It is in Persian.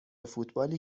فوتبالی